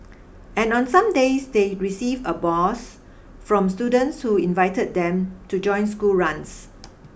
and on some days they receive a boost from students who invited them to join school runs